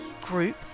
group